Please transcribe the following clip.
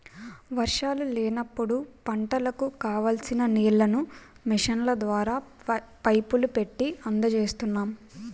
వర్షాలు లేనప్పుడు పంటలకు కావాల్సిన నీళ్ళను మిషన్ల ద్వారా, పైపులు పెట్టీ అందజేస్తున్నాం